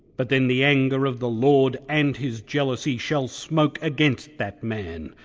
but then the anger of the lord and his jealousy shall smoke against that man,